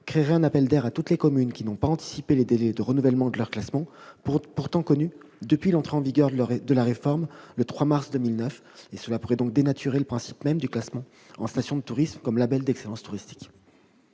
créerait un appel d'air vis-à-vis de toutes les communes qui n'ont pas anticipé les délais de renouvellement de leur classement, pourtant connus depuis l'entrée en vigueur de la réforme, le 3 mars 2009. Cela pourrait donc dénaturer le principe même du classement en station de tourisme comme label d'excellence touristique.